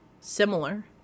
similar